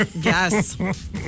Yes